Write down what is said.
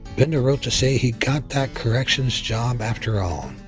binda wrote to say he got that corrections job after all,